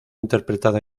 interpretada